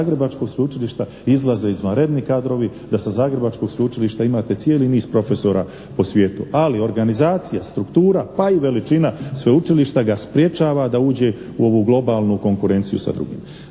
Zagrebačkog sveučilišta izlaze izvanredni kadrovi, da sa Zagrebačkog sveučilišta imate cijeli niz profesora po svijetu. Ali organizacija, struktura pa i veličina sveučilišta ga sprječava da uđe u ovu globalnu konkurenciju sa drugim.